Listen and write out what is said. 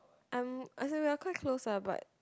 I'm as in we're quite close lah but